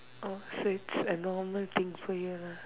oh so it's a normal thing for you lah